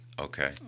Okay